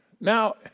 Now